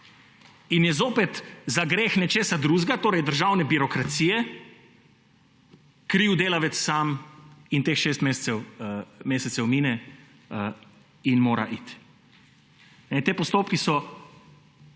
In je zopet za greh nekoga drugega, torej državne birokracije, kriv delavec sam. Teh 6 mesecev mine in mora oditi.